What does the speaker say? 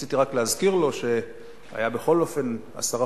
רציתי רק להזכיר לו שהיו בכל אופן עשרה